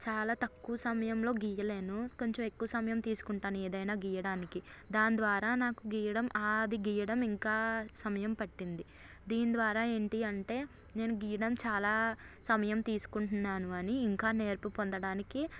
చాలా తక్కువ సమయంలో గీయలేను కొంచెం ఎక్కువ సమయం తీసుకుంటాను ఏదైనా గీయడానికి దాని ద్వారా నాకు గీయడం అది గీయడం ఇంకా సమయం పట్టింది దీని ద్వారా ఏంటి అంటే నేను గీయడం చాలా సమయం తీసుకుంటున్నాను అని ఇంకా నేర్పు పొందడానికి